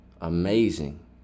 amazing